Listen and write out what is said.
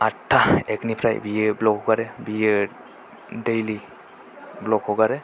आदथा एकनिफ्राय बियो ब्ल'ग हगारो बियो दैलि ब्ल'ग हगारो